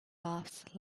laughs